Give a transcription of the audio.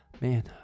man